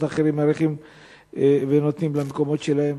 האחרות מעריכים ונותנים למקומות שלהם,